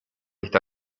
esta